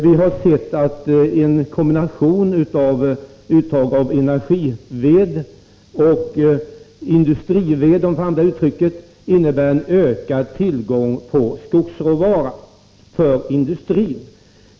Vi har sett att en kombination av uttagbar energived och industrived, om jag får använda det uttrycket, innebär en ökad tillgång på skogsråvara för industrin.